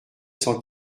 cent